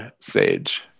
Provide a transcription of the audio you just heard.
sage